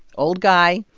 old guy,